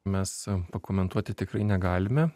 mes pakomentuoti tikrai negalime